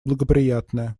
благоприятная